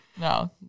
No